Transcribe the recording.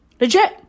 Legit